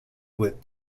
with